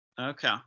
Okay